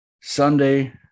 Sunday